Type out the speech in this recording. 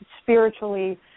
spiritually